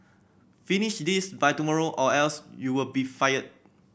finish this by tomorrow or else you'll be fired